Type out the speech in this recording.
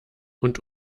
und